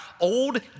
Old